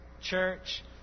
church